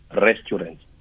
restaurants